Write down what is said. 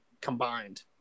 combined